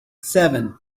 seven